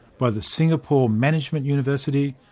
by the singapore management university,